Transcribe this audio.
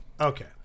Okay